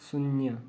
शून्य